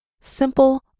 simple